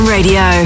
Radio